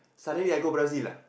suddenly I go Brazil ah